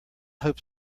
hope